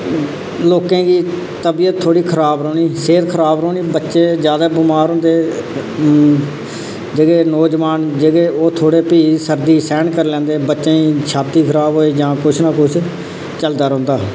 लोकें दी तबीयत थोह्ड़ी खराब रौह्नी सेह्त खराब रौह्नी बच्चे ज्यादा बमार होंदे जेह्के नौजवान जेह्के ओह् थोह्ड़े फ्ही सर्दी सैहन करी लैंदे बच्चें गी छाती खराब होई जां कुछ ना कुछ चलदा रौंहदा